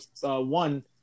One